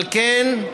אבל כן,